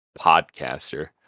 podcaster